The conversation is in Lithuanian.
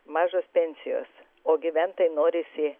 mažos pensijos o gyvent tai norisi